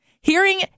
hearing